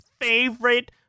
favorite